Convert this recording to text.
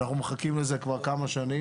אנחנו מחכים לזה כבר כמה שנים.